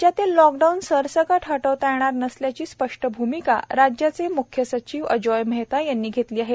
राज्यातील लाकडाऊन सरसकट हटणार नसल्याची स्पष्ट भूमिका राज्याचे मुख्य सचिव अजोय मेहता यांनी घेतली आहे